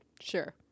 Sure